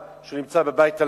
כי אני אהיה כמו "רעבע"